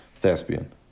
thespian